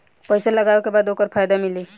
पइसा लगावे के बाद ओकर फायदा मिली